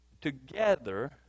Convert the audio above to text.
together